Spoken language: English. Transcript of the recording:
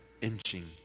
inching